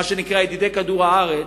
מה שנקרא "ידידי כדור הארץ",